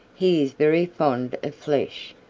he is very fond of flesh,